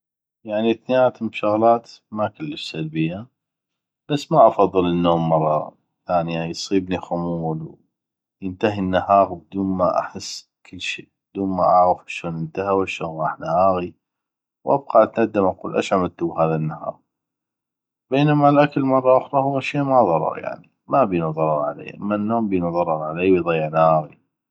يعني ثنيناتم شغلات ما كلش سلبية بس ما افضل النوم مره ثانيه يصيبني خمول ينتهي النهاغ بدون ما احس بكلشي بدون ما اعغف اشون انتهى واشون غاح نهاغي وابقى اتندم اقول اش عملتو بهذا النهاغ بينما الاكل مره اخرى هو شي ما ضروري ما بينو ضرر علي اما النوم بينو ضرر علي ويضيع نهاغي